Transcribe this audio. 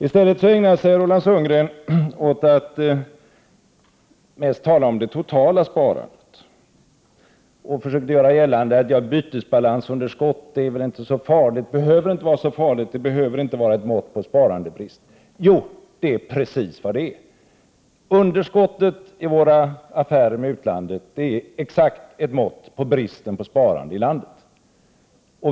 I stället ägnade sig Roland Sundgren åt att tala om det totala sparandet, och han försökte göra gällande att bytesbalansunderskottet inte är så farligt och att det inte behöver vara ett mått på sparandebrist. Jo, det är precis vad det är! Underskottet i våra affärer med utlandet är exakt ett mått på bristen på sparande i landet.